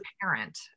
parent